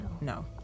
No